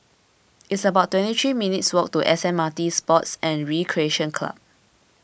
it's about twenty three minutes' walk to S M R T Sports and Recreation Club